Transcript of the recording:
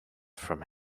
from